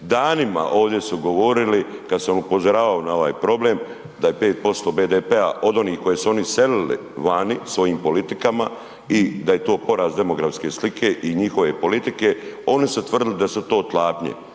danima ovdje su govorili kad sam upozoravao na ovaj problem da je 5% BDP-a od onih koji su oni iselili vani svojim politikama i da je to poraz demografske slike i njihove politike, oni su tvrdili da su to klapnje.